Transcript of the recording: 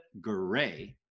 Gray